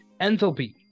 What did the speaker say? enthalpy